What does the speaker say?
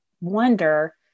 wonder